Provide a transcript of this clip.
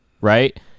right